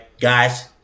Guys